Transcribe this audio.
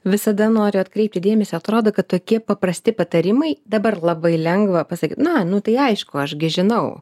visada noriu atkreipti dėmesį atrodo kad tokie paprasti patarimai dabar labai lengva pasakyt na nu tai aišku aš gi žinau